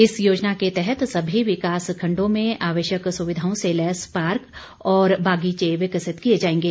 इस योजना के तहत सभी विकास खंडों में आवश्यक सुविधाओं से लैस पार्क और बागीचे विकसित किए जाएंगे